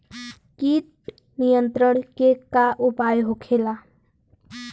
कीट नियंत्रण के का उपाय होखेला?